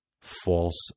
false